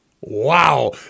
wow